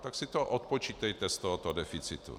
Tak si to odpočítejte z tohoto deficitu.